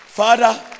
father